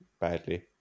badly